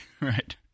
Right